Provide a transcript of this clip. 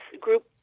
group